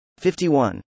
51